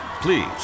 Please